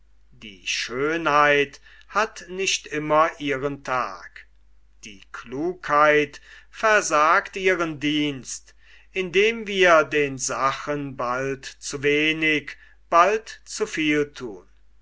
die schönheit hat nicht immer ihren tag die klugheit versagt ihren dienst indem wir den sachen bald zu wenig bald zu viel thun